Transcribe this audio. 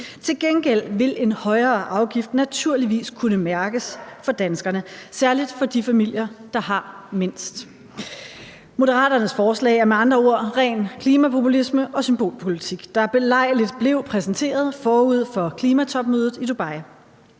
Til gengæld vil en højere afgift naturligvis kunne mærkes af danskerne, særlig af de familier, der har mindst. Moderaternes forslag er med andre ord ren klimapopulisme og symbolpolitik, der belejligt blev præsenteret forud for klimatopmødet i Dubai,